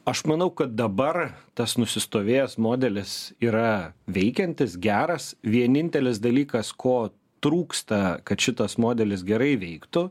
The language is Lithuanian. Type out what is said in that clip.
aš manau kad dabar tas nusistovėjęs modelis yra veikiantis geras vienintelis dalykas ko trūksta kad šitas modelis gerai veiktų